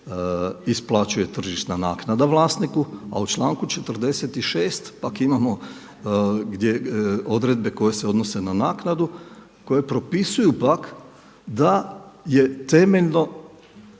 isplaćuje tržišna naknada vlasniku a u članku 46. pak imamo odredbe koje se odnose na naknadu koje propisuju pak da je temeljno,